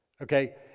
Okay